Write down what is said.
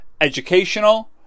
educational